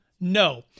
No